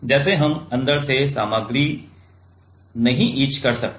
जैसे हम अंदर से सामग्री नहीं इच कर सकते